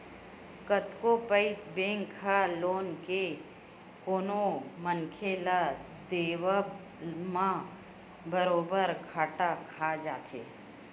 कतको पइत बेंक ह लोन के कोनो मनखे ल देवब म बरोबर घाटा खा जाथे